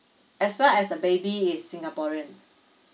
as well as the baby is singaporean